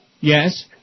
Yes